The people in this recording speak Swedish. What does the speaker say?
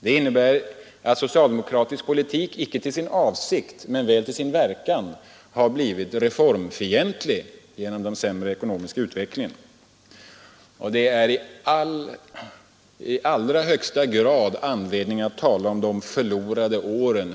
Den socialdemokratiska politiken har inte till sin avsikt men väl till sin verkan blivit reformfientlig genom den sämre ekonomiska utvecklingen, och det är i allra högsta grad anledning att tala om de förlorade åren!